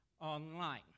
online